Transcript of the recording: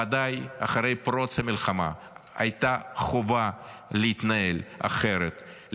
ודאי אחרי פרוץ המלחמה הייתה חובה להתנהל אחרת,